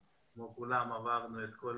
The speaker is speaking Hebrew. כמו כולם עברנו את כל